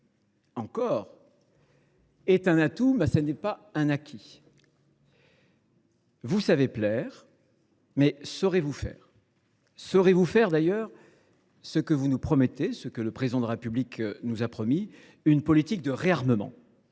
– encore… – est un atout, mais ce n’est pas un acquis. Vous savez plaire, mais saurez vous faire ? Saurez vous faire ce que vous nous promettez, ce que le Président de la République nous a promis, c’est à dire une politique de réarmement ?